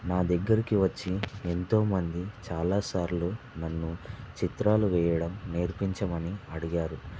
నా దగ్గరకి వచ్చి ఎంతోమంది చాలాసార్లు నన్ను చిత్రాలు వేయడం నేర్పించమని అడిగారు